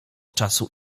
czasu